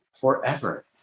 forever